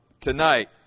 tonight